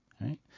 right